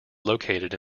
located